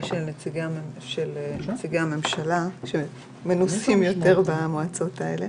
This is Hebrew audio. נציגי הממשלה שמנוסים יותר במועצות האלה,